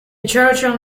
churchill